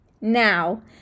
Now